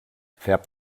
färbt